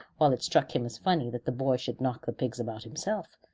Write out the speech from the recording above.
while it struck him as funny that the boy should knock the pigs about himself.